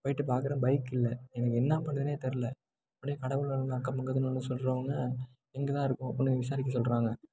போய்ட்டு பார்க்குறேன் பைக் இல்லை எனக்கு என்ன பண்ணுறதுன்னே தெரில உடனே கடைக்குள்ள இருந்த அக்கம் பக்கத்திலருந்து சொல்கிறவங்க இங்கேதான் இருக்கும் அப்பட்னு விசாரிக்க சொல்கிறாங்க